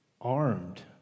Armed